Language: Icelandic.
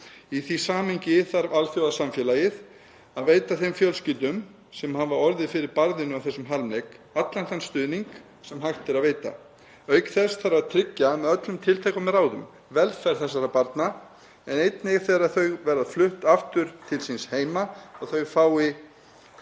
Í því samhengi þarf alþjóðasamfélagið að veita þeim fjölskyldum sem hafa orðið fyrir þessum harmleik allan þann stuðning sem hægt er að veita. Auk þess þarf að tryggja með öllum tiltækum ráðum velferð þessara barna og þau fái, þegar þau verða flutt aftur til síns heima,